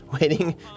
waiting